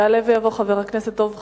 יעלה ויבוא חבר הכנסת דב חנין.